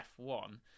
F1